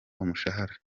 umushahara